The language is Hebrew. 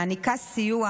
מעניקה סיוע